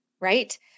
right